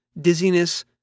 dizziness